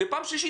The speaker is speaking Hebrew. ופעם שלישית,